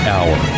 Hour